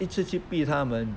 一直去比他们